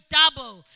double